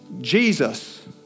Jesus